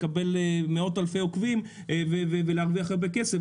לקבל מאות אלפי עוקבים ולהרוויח הרבה כסף.